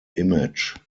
image